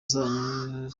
zanyu